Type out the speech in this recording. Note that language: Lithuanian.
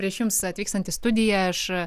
prieš jums atvykstant į studiją aš